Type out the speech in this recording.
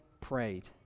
prayed